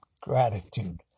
gratitude